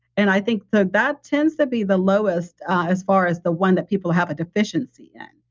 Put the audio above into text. and i think that that tends to be the lowest as far as the one that people have a deficiency in.